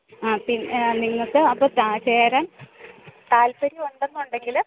ആ നിങ്ങൾക്ക് അപ്പം ചേരാൻ താല്പര്യം ഉണ്ടെന്ന് ഉണ്ടെങ്കിൽ